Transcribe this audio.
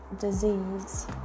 disease